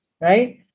right